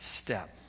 step